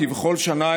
כבכל שנה,